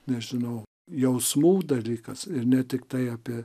nežinau jausmų dalykas ir ne tiktai apie